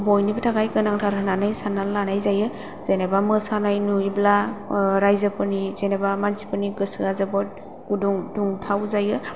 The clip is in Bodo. बयनिबो थाखाय गोनांथार होन्नानै सान्नानै लानाय जायो जेनोबा मोसानाय नुयोब्ला रायजोफोरनि जेनोबा मानसिफोरनि गोसोया जोबोर गुदुं दुंथाव जायो